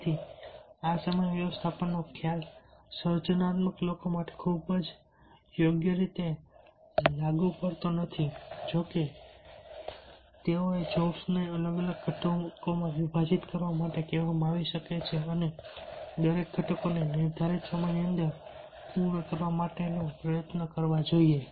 તેથી આ સમય વ્યવસ્થાપનનો ખ્યાલ સર્જનાત્મક લોકો માટે ખૂબ જ યોગ્ય રીતે લાગુ પડતો નથી જો કે તેઓને જોબને અલગ અલગ ઘટકોમાં વિઘટિત કરવા માટે કહેવામાં આવી શકે છે અને દરેક ઘટકોને નિર્ધારિત સમયની અંદર પૂર્ણ કરવા માટે પ્રયત્નો કરવા જોઈએ